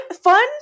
fun